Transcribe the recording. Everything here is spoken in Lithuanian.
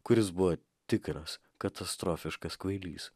kuris buvo tikras katastrofiškas kvailys